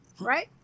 right